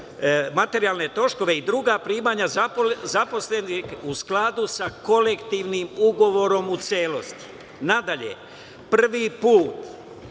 materijalne troškove i druga primanja zaposlenih u skladu sa kolektivnim ugovorom u celosti. Na dalje, prvi put